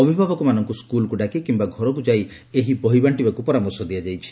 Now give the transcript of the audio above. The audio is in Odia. ଅଭିଭାବକମାନଙ୍କୁ ସ୍କୁଲକୁ ଡାକି କିମ୍ନା ଘରକୁ ଘର ଯାଇ ଏହି ବହି ବାଣ୍ଣବାକୁ ପରାମର୍ଶ ଦିଆ ଯାଇଛି